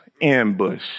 ambush